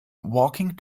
walking